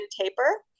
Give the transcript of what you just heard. taper